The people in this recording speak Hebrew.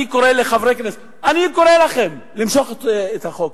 אני קורא לחברי הכנסת להתנגד לחוק.